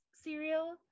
cereal